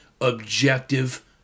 objective